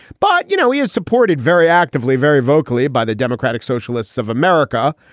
but, you know, he has supported very actively, very vocally by the democratic socialists of america.